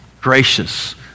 gracious